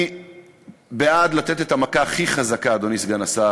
אני בעד לתת את המכה הכי חזקה ל"חמאס",